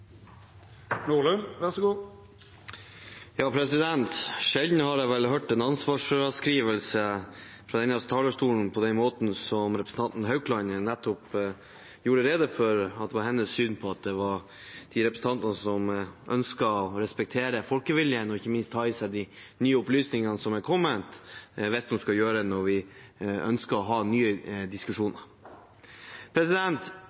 Sjelden har jeg vel hørt en ansvarsfraskrivelse fra denne talerstolen som den som representanten Marianne Haukland nettopp framførte, om at hennes syn var at representanter må respektere folkeviljen og ikke minst ta til seg de nye opplysningene som er kommet, hvis man ønsker å ha nye diskusjoner. Representanten Skjelstad var inne på at man burde brukt tiden på noe annet. Til det er det bare én ting å